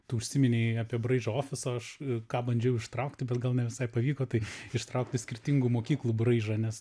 tu užsiminei apie braižą ofiso aš ką bandžiau ištraukti bet gal ne visai pavyko tai ištraukti skirtingų mokyklų braižą nes